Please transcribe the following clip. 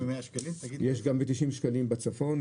יש גם ב-90 שקלים בצפון,